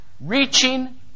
Reaching